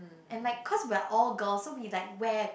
at like cause we are all girl so we like wear